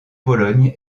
pologne